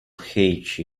hate